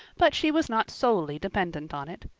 but she was not solely dependent on it.